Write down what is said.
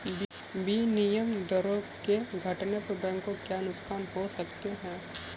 विनिमय दरों के घटने पर बैंकों को क्या नुकसान हो सकते हैं?